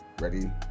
Ready